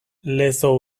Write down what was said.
lezo